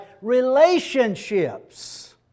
relationships